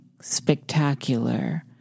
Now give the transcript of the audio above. spectacular